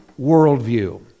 worldview